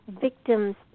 victim's